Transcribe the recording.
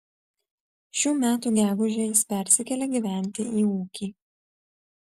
šių metų gegužę jis persikėlė gyventi į ūkį